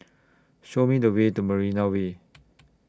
Show Me The Way to Marina Way